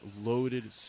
loaded –